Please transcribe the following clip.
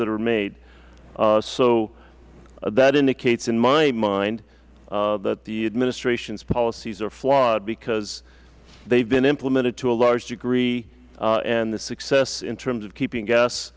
that are made so that indicates in my mind that the administration's policies are flawed because they have been implemented to a large degree and the success in terms of keeping gas